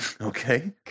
okay